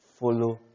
follow